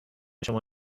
شما